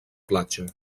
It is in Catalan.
platja